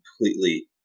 completely